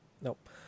Nope